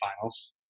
finals